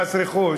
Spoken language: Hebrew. מס רכוש,